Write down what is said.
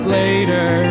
later